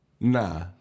Nah